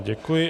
Děkuji.